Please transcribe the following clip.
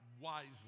wisely